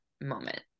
moment